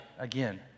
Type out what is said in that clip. again